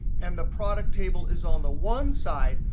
and the product table is on the one side,